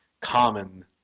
common